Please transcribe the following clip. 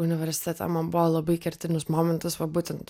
universitete man buvo labai kertinis momentas va būtent